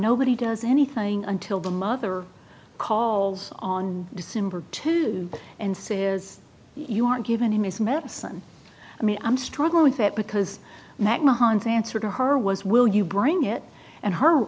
nobody does anything until the mother calls on december two and says you aren't given him his medicine i mean i'm struggling with that because magma hands answer to her was will you bring it and her